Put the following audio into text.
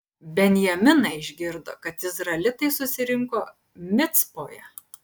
benjaminai išgirdo kad izraelitai susirinko micpoje